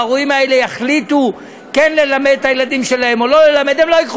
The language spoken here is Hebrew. ההורים האלה יחליטו כן ללמד את הילדים או לא ללמד.